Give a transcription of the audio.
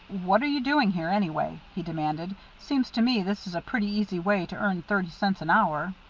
what are you doing here, anyway? he demanded. seems to me this is a pretty easy way to earn thirty cents an hour.